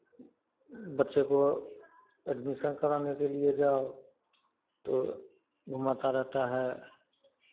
बच्चे को एडमिशन करवाने के लिए जाओ तो घुमाता रहता है